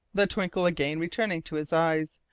the twinkle again returning to his eyes,